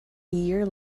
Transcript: year